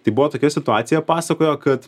tai buvo tokia situacija pasakojo kad